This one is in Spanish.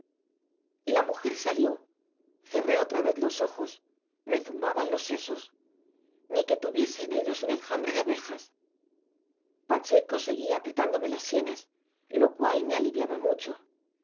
la mujer salió cerré otra vez los ojos me zumbaban los sesos ni que tuviese en ellos un enjambre de abejas pacheco seguía apretándome las sienes lo cual me aliviaba mucho